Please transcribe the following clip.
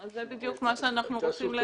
זה בדיוק מה שאנחנו רוצים להציע.